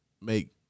make